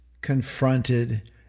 confronted